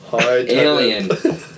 Alien